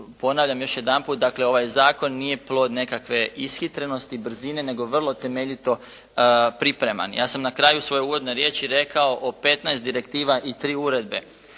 ponavljam još jedanput dakle ovaj zakon nije plod nekakve ishitrenosti, brzine nego vrlo temeljito pripreman. Ja sam na kraju svoje uvodne riječi rekao o 15 direktiva i 3 uredbe.